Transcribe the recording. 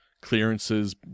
Clearances